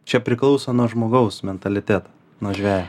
čia priklauso nuo žmogaus mentaliteto nuo žvejo